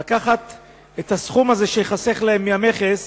שיאפשר לקחת את הסכום הזה שייחסך להן מהמכס